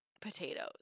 potatoes